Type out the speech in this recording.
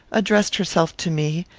addressed herself to me,